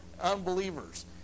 unbelievers